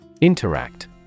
Interact